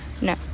no